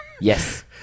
Yes